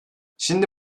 şimdi